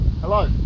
Hello